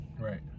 Right